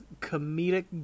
comedic